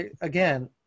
again